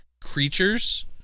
creatures